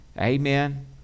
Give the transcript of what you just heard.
Amen